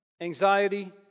anxiety